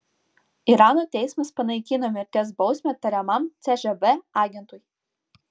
irano teismas panaikino mirties bausmę tariamam cžv agentui